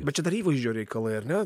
bet čia dar įvaizdžio reikalai ar ne